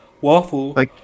waffle